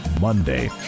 Monday